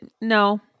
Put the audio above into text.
No